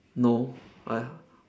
no I